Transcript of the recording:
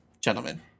gentlemen